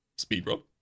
Speedrun